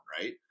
Right